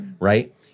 right